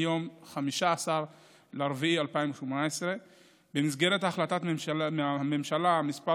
מיום 15 באפריל 2018 ובמסגרת החלטת ממשלה מס'